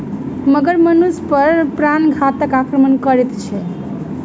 मगर मनुष पर प्राणघातक आक्रमण करैत अछि